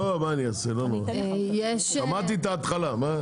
שמעתי את ההתחלה.